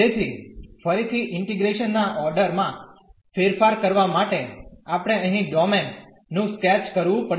તેથી ફરીથી ઇન્ટીગ્રેશન ના ઓર્ડર માં ફેરફાર કરવા માટે આપણે અહીં ડોમેન નું સ્કેચ કરવું પડશે